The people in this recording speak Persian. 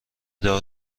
دار